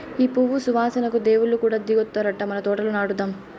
ఈ పువ్వు సువాసనకు దేవుళ్ళు కూడా దిగొత్తారట మన తోటల నాటుదాం